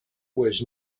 was